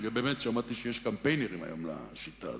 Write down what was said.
ובאמת שמעתי שיש קמפיינרים לשיטה הזאת,